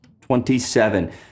Twenty-seven